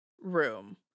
room